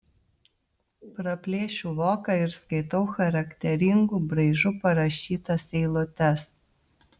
praplėšiu voką ir skaitau charakteringu braižu parašytas eilutes